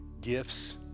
gifts